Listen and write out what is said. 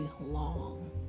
long